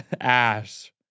ash